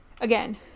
again